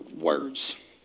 words